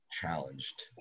Challenged